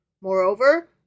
Moreover